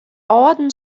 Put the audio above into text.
âlden